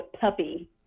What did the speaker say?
puppy